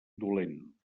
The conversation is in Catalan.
dolent